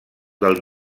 del